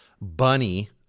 bunny